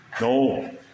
No